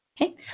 Okay